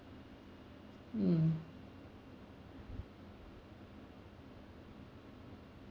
um